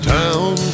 town